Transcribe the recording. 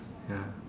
ya